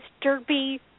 derby